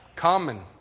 Common